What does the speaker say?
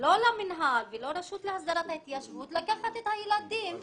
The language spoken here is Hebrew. לא למינהל ולא לרשות להסדרת ההתיישבות לקחת את הילדים